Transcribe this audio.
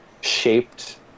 shaped